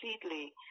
completely